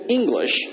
English